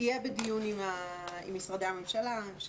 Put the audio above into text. אהיה בדיון עם משרדי הממשלה.